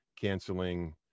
canceling